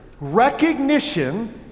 Recognition